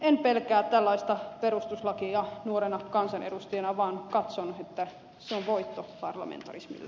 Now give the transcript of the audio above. en pelkää tällaista perustuslakia nuorena kansanedustajana vaan katson että se on voitto parlamentarismille